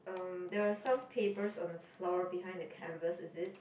um there are some papers on the floor behind the canvas is it